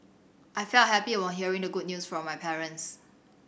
I felt happy upon hearing the good news from my parents